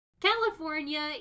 California